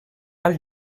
als